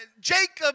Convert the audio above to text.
Jacob